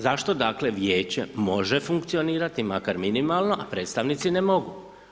Zašto, dakle, vijeće može funkcionirati, makar minimalno, a predstavnici ne mogu?